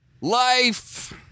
Life